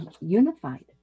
unified